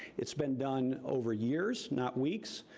it's been done over years, not weeks.